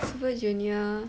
super junior